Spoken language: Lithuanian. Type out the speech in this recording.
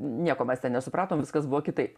nieko mes ten nesupratom viskas buvo kitaip